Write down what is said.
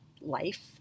life